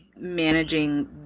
managing